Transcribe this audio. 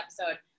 episode